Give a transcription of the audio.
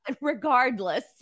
regardless